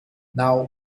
now